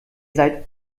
seid